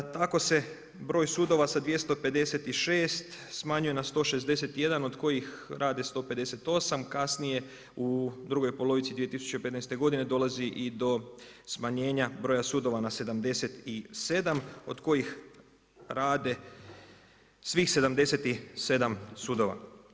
Tako se broj sudova sa 256 smanjuje na 161 od kojih rade 158 kasnije u drugoj polovici 2015. g. dolazi i do smanjenja broja sudova na 77 od kojih rade svih 77 sudova.